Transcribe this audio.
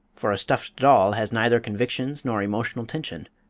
for a stuffed doll has neither convictions nor emotional tension.